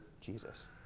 Jesus